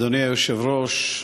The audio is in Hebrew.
אדוני היושב-ראש,